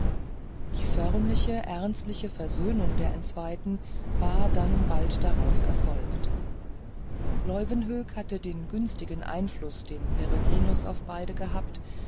die förmliche ernstliche versöhnung der entzweiten war dann bald darauf erfolgt leuwenhoek hatte den günstigen einfluß den peregrinus auf beide gehabt